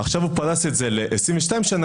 עכשיו הוא פרס את זה ל-22 שנה,